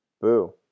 Boo